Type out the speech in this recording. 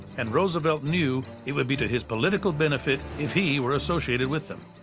and roosevelt knew it would be to his political benefit if he were associated with them.